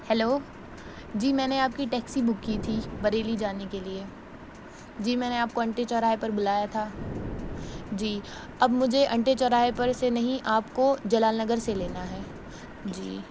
hello جی میں نے آپ کی ٹیکسی بک کی تھی بریلی جانے کے لیے جی میں نے آپ کو انٹے چوراہے پر بلایا تھا جی اب مجھے انٹے چوراہے پر سے نہیں آپ کو جلال نگر سے لینا ہے جی